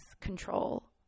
control